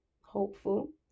hopeful